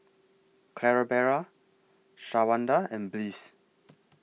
Clarabelle Shawanda and Bliss